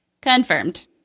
Confirmed